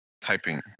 typing